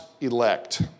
elect